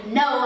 no